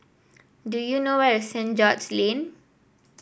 do you know where is Saint George Lane